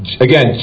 again